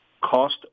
cost